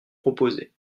proposez